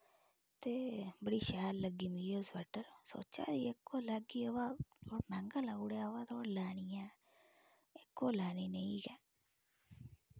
ते बड़ी शैल लग्गी मिगी ओह् स्वेटर सोचा दी इक्क होर लैगी बाऽ ओह् मैहंगा लाई ओड़ेआ बाऽ लैनी ऐ इक्क होर लैनी नेही गै